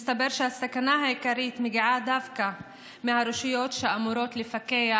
מסתבר שהסכנה העיקרית מגיעה דווקא מהרשויות שאמורות לפקח,